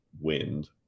wind